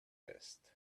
list